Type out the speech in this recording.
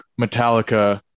Metallica